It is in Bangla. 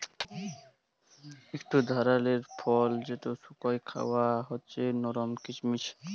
ইকট ধারালের ফল যেট শুকাঁয় খাউয়া হছে লরম কিচমিচ